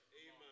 Amen